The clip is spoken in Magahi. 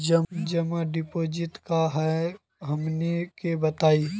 जमा डिपोजिट का हे हमनी के बताई?